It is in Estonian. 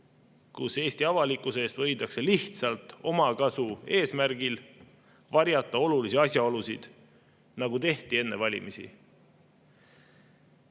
kus Eesti avalikkuse eest võidakse lihtsalt omakasu eesmärgil varjata olulisi asjaolusid, nagu tehti enne valimisi.